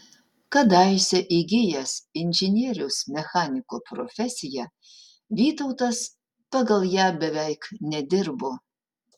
kadaise įgijęs inžinieriaus mechaniko profesiją vytautas pagal ją beveik nedirbo